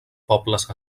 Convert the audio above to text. pobles